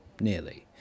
nearly